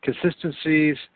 consistencies